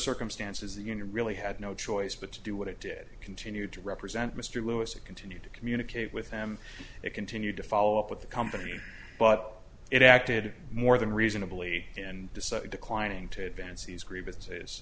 circumstances the union really had no choice but to do what it did continue to represent mr lewis and continue to communicate with them they continued to follow up with the company but it acted more than reasonably and decided declining to advance these grievances